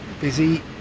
busy